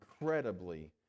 incredibly